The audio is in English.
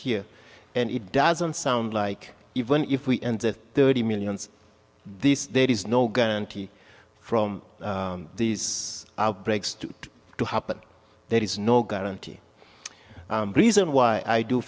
here and it doesn't sound like even if we and thirty millions this there is no guarantee from these outbreaks to to happen there is no guarantee reason why i do